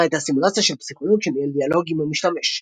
התוכנה הייתה סימולציה של פסיכולוג שניהל דיאלוג עם המשתמש.